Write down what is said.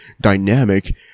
dynamic